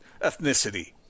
ethnicity